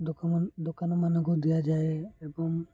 ଦୋକ ଦୋକାନମାନଙ୍କୁ ଦିଆଯାଏ ଏବଂ